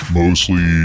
mostly